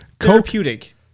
Therapeutic